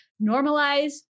normalize